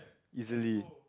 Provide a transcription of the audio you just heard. easily